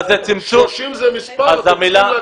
30 זה מספר, אתם צריכים להבין את זה יותר.